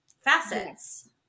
facets